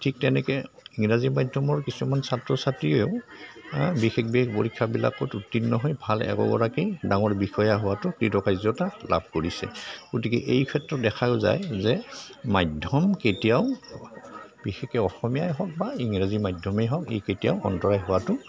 ঠিক তেনেকৈ ইংৰাজী মাধ্যমৰ কিছুমান ছাত্ৰ ছাত্ৰীয়েও বিশেষ বিশেষ পৰীক্ষাবিলাকত উত্তীৰ্ণ হৈ ভাল একোগৰাকী ডাঙৰ বিষয়া হোৱাটো কৃতকাৰ্যতা লাভ কৰিছে গতিকে এই ক্ষেত্ৰত দেখাও যায় যে মাধ্যম কেতিয়াও বিশেষকৈ অসমীয়াই হওক বা ইংৰাজী মাধ্যমেই হওক ই কেতিয়াও অন্তৰায় হোৱাটো